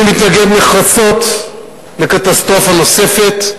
אני מתנגד נחרצות לקטסטרופה נוספת,